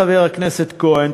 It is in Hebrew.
חבר הכנסת כהן.